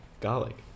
garlic